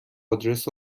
آدرس